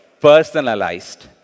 personalized